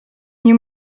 nie